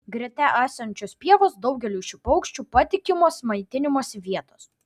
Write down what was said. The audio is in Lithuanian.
greta esančios pievos daugeliui šių paukščių patikimos maitinimosi vietos